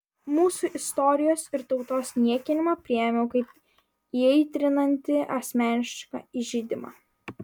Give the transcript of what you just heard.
mūsų istorijos ir tautos niekinimą priėmiau kaip įaitrinantį asmenišką įžeidimą